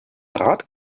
draht